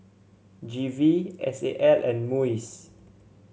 G V S A L and MUIS